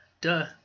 duh